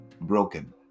broken